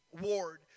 Ward